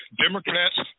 Democrats